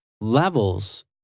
levels